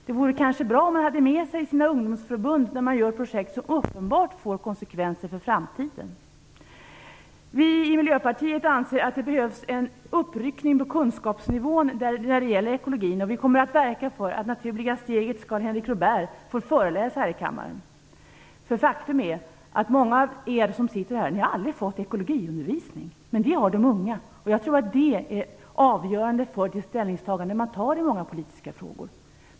Det vore kanske bra om man hade sina ungdomsförbund med sig när man beslutar om projekt som uppenbart får konsekvenser för framtiden. Vi i Miljöpartiet anser att det behövs en uppryckning av kunskapsnivån när det gäller ekologin, och vi kommer att verka för att Det naturliga stegets Karl-Henrik Robèrt får föreläsa här i kammaren. Faktum är att många av er som sitter här aldrig har fått ekologiundervisning. Men det har de unga, och jag tror att det är avgörande för deras ställningstagande i många politiska frågor.